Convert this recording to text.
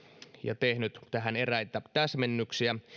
ja tehnyt eräitä täsmennyksiä